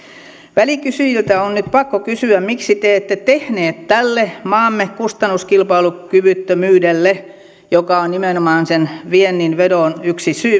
välikysyjiltä on on nyt pakko kysyä miksi te ette tehneet mitään tälle maamme kustannuskilpailukyvyttömyydelle joka on nimenomaan sen viennin huonon vedon yksi